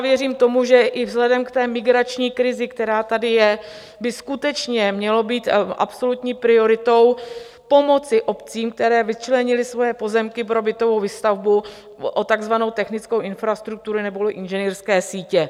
Věřím tomu, že i vzhledem k migrační krizi, která tady je, by skutečně mělo být absolutní prioritou pomoci obcím, které vyčlenily svoje pozemky pro bytovou výstavbu, o takzvanou technickou infrastrukturu neboli inženýrské sítě.